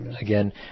Again